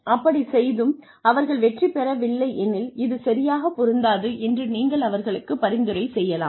அப்படிச் செய்தும் அவர்கள் வெற்றி பெறவில்லை எனில் இது சரியாக பொருந்தாது என்று நீங்கள் அவர்களுக்கு பரிந்துரை செய்யலாம்